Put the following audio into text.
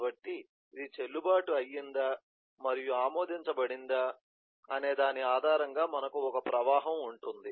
కాబట్టి ఇది చెల్లుబాటు అయ్యిందా మరియు ఆమోదించబడిందా అనే దాని ఆధారంగా మనకు ఒక ప్రవాహం ఉంటుంది